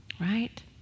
Right